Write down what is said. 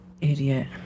idiot